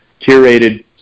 curated